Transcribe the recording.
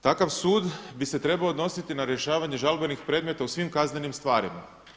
Takav sud bi se trebao odnositi na rješavanje žalbenih predmeta u svim kaznenim stvarima.